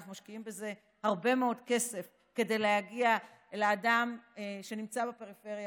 אנחנו משקיעים הרבה מאוד כסף כדי להגיע לאדם שנמצא בפריפריה,